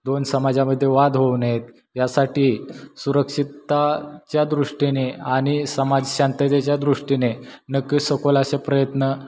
दोन समाजामध्ये वाद होऊ नयेत यासाठी सुरक्षिताच्या दृष्टीने आनि समाज शांततेच्या दृष्टीने नक्की सखोल असे प्रयत्न